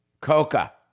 Coca